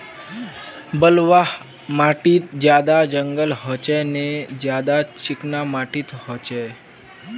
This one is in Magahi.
बलवाह माटित ज्यादा जंगल होचे ने ज्यादा चिकना माटित होचए?